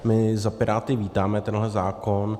My za Piráty vítáme tenhle zákon.